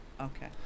Okay